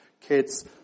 kids